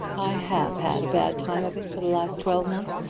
i have had a bad time of it for the last twelvemonth.